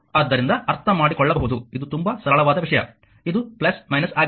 ಆದ್ದರಿಂದ ಅರ್ಥಮಾಡಿಕೊಳ್ಳಬಹುದು ಇದು ತುಂಬಾ ಸರಳವಾದ ವಿಷಯ ಇದು ಆಗಿದೆ ಇದು